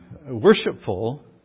worshipful